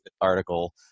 article